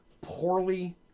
poorly